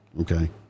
Okay